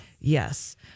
Yes